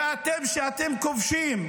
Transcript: ואתם, שאתם כובשים,